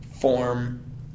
form